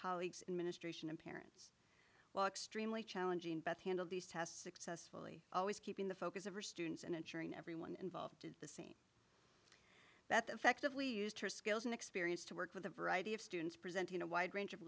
colleagues and ministration and parents while extremely challenging beth handled these tests successfully always keeping the focus of her students and ensuring everyone involved did this that the effectively used her skills and experience to work with a variety of students presenting a wide range of